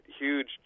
huge